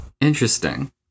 interesting